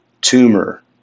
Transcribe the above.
tumor